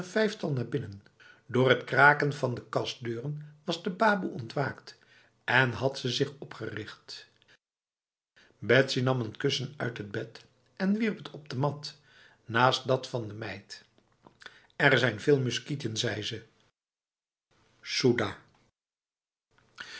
vijftal naar binnen door het kraken van de kastdeuren was de baboe ontwaakt en had ze zich opgericht betsy nam een kussen uit het bed en wierp het op de mat naast dat van de meid er zijn veel muskieten zei deze